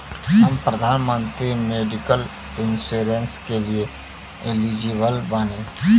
हम प्रधानमंत्री medical insurance के लिए एलिजिबल बानी?